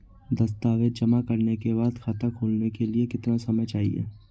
दस्तावेज़ जमा करने के बाद खाता खोलने के लिए कितना समय चाहिए?